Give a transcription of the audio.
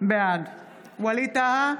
בעד ווליד טאהא,